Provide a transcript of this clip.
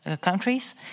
countries